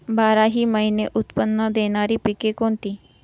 बाराही महिने उत्त्पन्न देणारी पिके कोणती?